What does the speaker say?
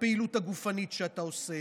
הפעילות הגופנית שאתה עושה,